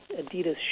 Adidas